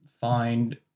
find